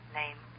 name